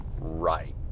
right